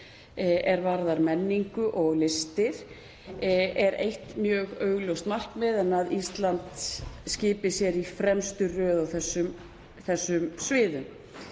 er varðar menningu og listir, er eitt mjög augljóst markmið um að Ísland skipi sér í fremstu röð á þessum sviðum.